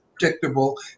predictable